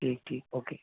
ٹھیک ٹھیک اوکے